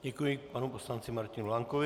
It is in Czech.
Děkuji panu poslanci Martinu Lankovi.